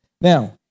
Now